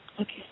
okay